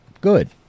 good